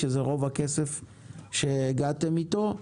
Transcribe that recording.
שזה רוב הכסף שהגעתם אתו.